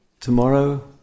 tomorrow